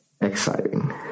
exciting